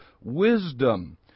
wisdom